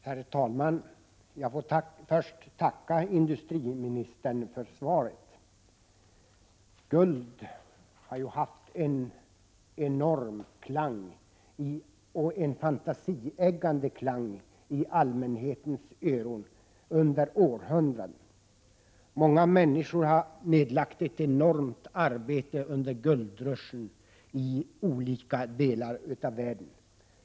Herr talman! Jag får först tacka industriministern för svaret. Guld har haft en enorm och fantasieggande klang för allmänheten under århundraden. Många människor nedlade under guldruschen ett enormt arbete i olika delar av världen.